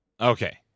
Okay